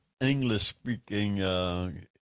English-speaking